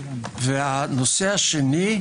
והנושא השני,